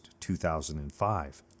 2005